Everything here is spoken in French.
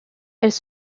elles